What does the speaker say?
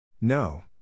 No